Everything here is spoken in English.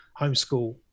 homeschool